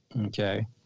Okay